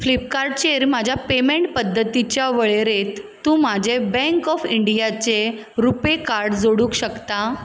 Flipkart चेर म्हज्या payment पद्दतींच्या वळेरेत तूं म्हजें बँक ऑफ इंडिया चें रुपे कार्ड जोडूक शकता